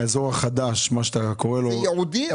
האזור החדש זה ייעודי,